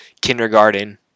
kindergarten